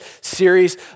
series